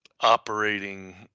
operating